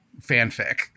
fanfic